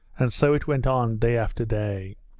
and so it went on day after day.